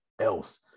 else